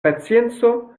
pacienco